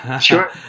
Sure